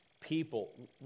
people